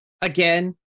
Again